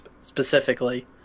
specifically